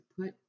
put